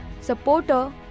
supporter